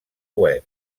web